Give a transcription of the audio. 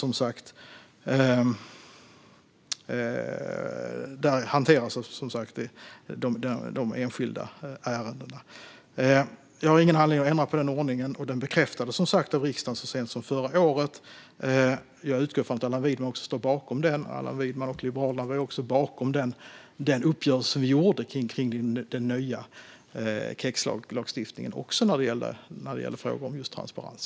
Där hanteras som sagt de enskilda ärendena. Jag har ingen anledning att ändra på denna ordning, och den bekräftades som sagt av riksdagen så sent som förra året. Jag utgår ifrån att Allan Widman står bakom den. Allan Widman och Liberalerna stod också bakom den uppgörelse vi slöt kring den nya KEX-lagstiftningen - även när det gällde frågan om just transparens.